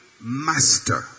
Master